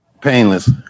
Painless